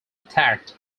attacked